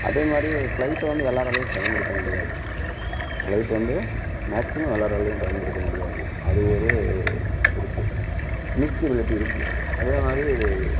அதேமாதிரி ஃப்ளைட்டு வந்து எல்லோராலையும் பயன்படுத்த முடியாது ஃப்ளைட்டு வந்து மேக்ஸிமம் எல்லாலோராலையும் பயன்படுத்த முடியாது அது ஒரு இருக்கு மிஸ்ஸிபிலிட்டி இருக்கு அதேமாதிரி